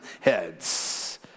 heads